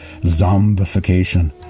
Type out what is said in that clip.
zombification